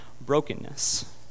brokenness